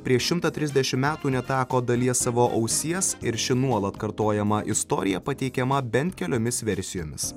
prieš šimtą trisdešim metų neteko dalies savo ausies ir ši nuolat kartojama istorija pateikiama bent keliomis versijomis